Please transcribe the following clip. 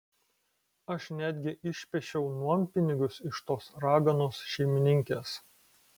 aš netgi išpešiau nuompinigius iš tos raganos šeimininkės